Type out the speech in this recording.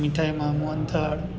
મીઠાઈમાં mohanthal